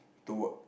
to work